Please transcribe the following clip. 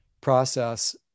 process